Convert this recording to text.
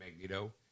Magneto